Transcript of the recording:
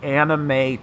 anime